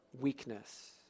weakness